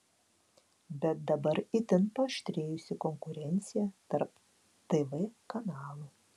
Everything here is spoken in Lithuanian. bet dabar itin paaštrėjusi konkurencija tarp tv kanalų